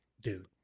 Dude